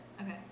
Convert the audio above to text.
Okay